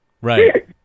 Right